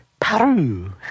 Paru